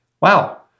Wow